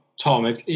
Tom